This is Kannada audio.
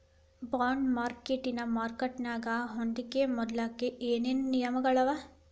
ಬಾಂಡ್ ಮಾರ್ಕೆಟಿನ್ ಮಾರ್ಕಟ್ಯಾಗ ಹೂಡ್ಕಿ ಮಾಡ್ಲೊಕ್ಕೆ ಏನೇನ್ ನಿಯಮಗಳವ?